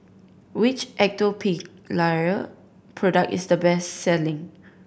which Atopiclair product is the best selling